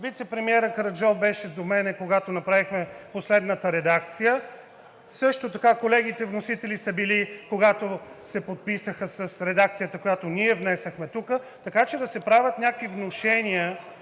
Вицепремиерът Караджов беше до мен, когато направихме последната редакция, също така колегите вносители са били, когато се подписаха с редакцията, която ние внесохме тук, така че да се правят някакви внушения